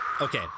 Okay